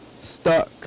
stuck